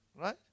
right